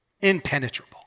Impenetrable